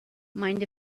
mind